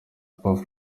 papa